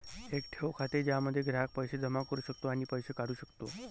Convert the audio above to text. एक ठेव खाते ज्यामध्ये ग्राहक पैसे जमा करू शकतो आणि पैसे काढू शकतो